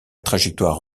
trajectoire